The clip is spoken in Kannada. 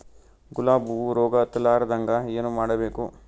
ಗುಲಾಬ್ ಹೂವು ರೋಗ ಹತ್ತಲಾರದಂಗ ಏನು ಮಾಡಬೇಕು?